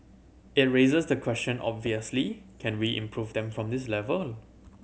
it raises the question obviously can we improve them from this level